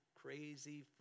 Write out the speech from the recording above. crazy